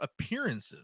appearances